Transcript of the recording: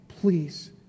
please